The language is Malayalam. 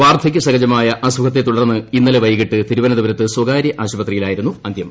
വാർധകൃ സഹജമായ അസുഖത്തെത്തുടർന്ന് ഇന്നലെ വൈകിട്ട് തിരുവനന്തപുരത്ത് സ്വകാരൃ ആശുപത്രിയിലായിരുന്നു അന്തൃം